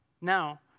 Now